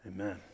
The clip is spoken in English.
Amen